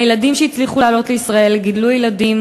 הילדים שהצליחו לעלות לישראל גידלו ילדים